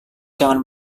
jangan